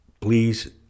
please